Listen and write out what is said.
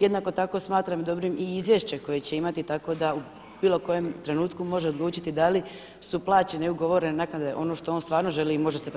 Jednako tako smatram dobrim i izvješće koje će imati tako da u bilo kojem trenutku može odlučiti da li su plaćene i ugovorene naknade ono što on stvarno želi i može se